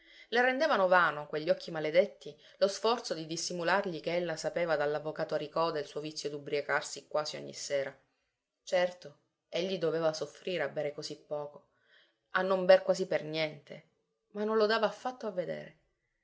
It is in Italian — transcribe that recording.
le rendevano vano quegli occhi maledetti lo sforzo di dissimulargli che ella sapeva dall'avvocato aricò del suo vizio d'ubriacarsi quasi ogni sera certo egli doveva soffrire a bere così poco a non ber quasi niente ma non lo dava affatto a vedere